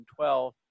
2012